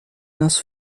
nas